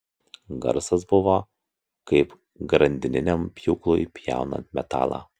garsas buvo kaip grandininiam pjūklui pjaunant metalą